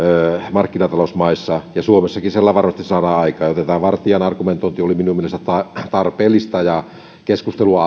markkinatalousmaissa ja suomessakin se varmasti saadaan aikaan joten tämä vartian argumentointi oli minun mielestäni tarpeellista ja keskustelua